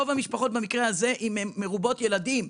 רוב המשפחות במקרה הזה הן משפחות מרובות ילדים.